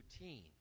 routine